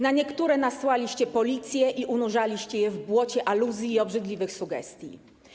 Na niektóre nasłaliście policję i unurzaliście je w błocie aluzji i obrzydliwych sugestii.